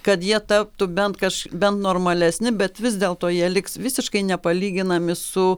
kad jie taptų bent kaš bent normalesni bet vis dėlto jie liks visiškai nepalyginami su